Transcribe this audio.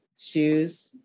shoes